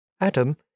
Adam